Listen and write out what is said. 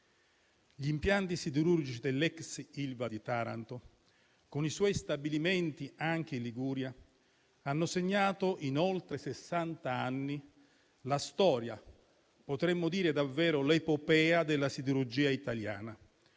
Gli impianti siderurgici dell'ex Ilva di Taranto, con i suoi stabilimenti anche in Liguria, hanno segnato in oltre sessant'anni la storia - potremmo dire davvero - l'epopea della siderurgia italiana,